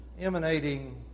emanating